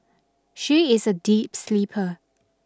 she is a deep sleeper